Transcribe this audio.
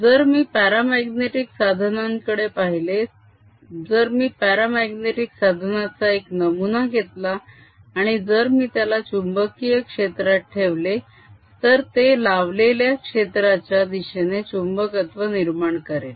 जर मी paramagnetic साधनांकडे पहिले जर मी प्यारा माग्नेटीक साधनाचा एक नमुना घेतला आणि जर मी त्याला चुंबकीय क्षेत्रात ठेवले तर ते लावलेल्या क्षेत्राच्या दिशेने चुंबकत्व निर्माण करेल